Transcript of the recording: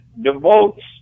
devotes